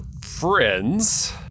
friends